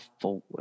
forward